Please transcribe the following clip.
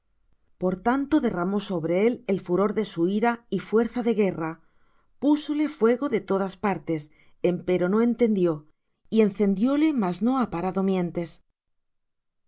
por tanto derramó sobre él el furor de su ira y fuerza de guerra púsole fuego de todas partes empero no entendió y encendióle mas no ha parado mientes